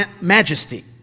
majesty